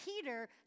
Peter